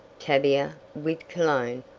tavia, with cologne,